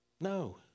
no